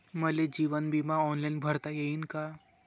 मले जीवन बिमा ऑनलाईन भरता येईन का?